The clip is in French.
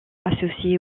associé